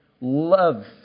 Love